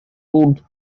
wood